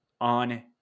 on